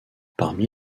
parmi